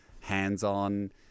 hands-on